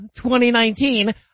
2019